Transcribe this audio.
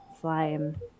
slime